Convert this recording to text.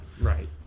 right